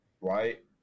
right